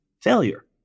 failure